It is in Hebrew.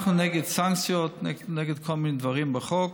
אנחנו נגד סנקציות ונגד כל מיני דברים בחוק.